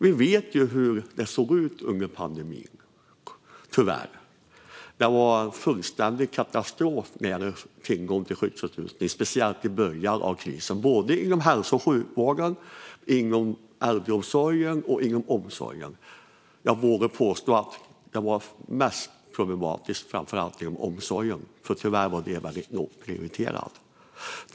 Vi vet, tyvärr, hur det såg ut under pandemin. Det var fullständig katastrof i fråga om tillgång till skyddsutrustning, speciellt i början av krisen, både inom hälso och sjukvården, inom äldreomsorgen och inom omsorgen. Jag vågar påstå att det var mest problematiskt inom omsorgen, för den var tyvärr väldigt lågt prioriterad.